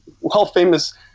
well-famous